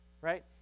right